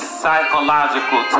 psychological